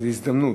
זו הזדמנות.